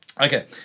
Okay